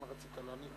אם רצית לענות.